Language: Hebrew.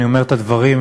אני אומר את הדברים,